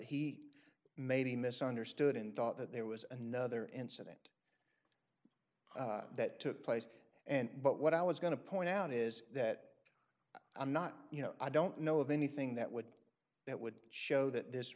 he may be misunderstood and thought that there was another incident that took place and but what i was going to point out is that i'm not you know i don't know of anything that would that would show that this